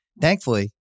Thankfully